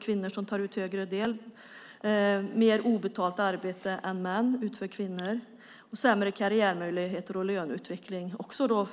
Kvinnor utför mer obetalt arbete än män och har sämre karriärmöjligheter och löneutveckling.